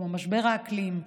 כמו משבר האקלים,